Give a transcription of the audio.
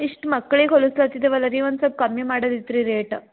ಇಷ್ಟು ಮಕ್ಳಿಗೆ ಹೊಲಿಸ್ಕೊಳ್ತಿದ್ದೇವಲ್ಲ ರೀ ಒನ್ ಸ್ವಲ್ಪ್ ಕಮ್ಮಿ ಮಾಡೋದ್ ಇತ್ತು ರೀ ರೇಟ್